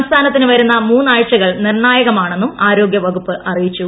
സംസ്ഥാനത്തിന് വരുന്ന മൂന്നാഴ്ചകൾ നിർണായകമാണെന്നും ആരോഗ്യ വകുപ്പ് അറിയിച്ചു